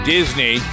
Disney